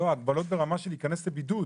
הגבלות ברמה של כניסה לבידוד.